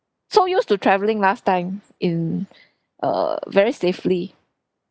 so used to travelling last time in err very safely